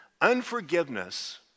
Unforgiveness